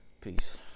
Peace